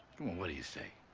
come on, what do you say?